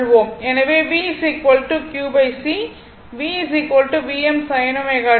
எனவே V q C V Vm sin ω t